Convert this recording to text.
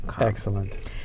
Excellent